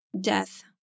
death